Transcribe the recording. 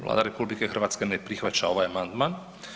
Vlada RH ne prihvaća ovaj amandman.